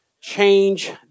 Change